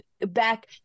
back